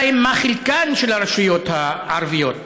2. מהו חלקן של הרשויות הערביות?